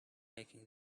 making